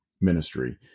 ministry